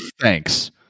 thanks